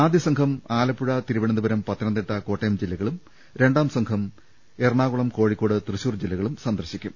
ആദ്യ സംഘം ആലപ്പുഴ തിരുവനന്തപുരം പത്തനംതിട്ട കോട്ടയം ജില്ലകളും രണ്ടാം സംഘം എറണാകുളം കോഴിക്കോട് തൃശ്ശൂർ ജില്ലകളും സന്ദർശിക്കും